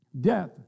Death